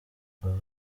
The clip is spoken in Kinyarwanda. ubu